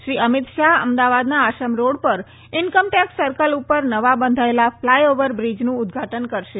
શ્રી અમિત શાહ અમદાવાદના આશ્રમ રોડ પર income tax circle પર નવા બંધાયેલા ફલાય ઓવર બ્રીજનું ઉદ્ઘાટન કરશે